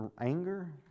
anger